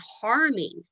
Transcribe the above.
harming